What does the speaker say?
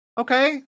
Okay